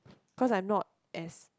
cause I'm not as